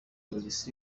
alexis